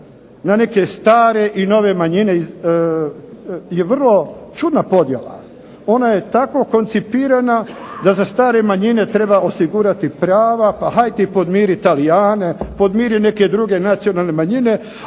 na neke stare i nove manjine je vrlo čudna podjela. Ona je tako koncipirana da za stare manjine treba osigurati prava, pa haj ti podmiri Talijane, podmiri neke druge nacionalne manjine,